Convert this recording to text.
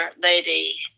lady